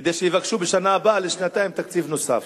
כדי שיבקשו בשנה הבאה לשנתיים תקציב נוסף.